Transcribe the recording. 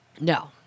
No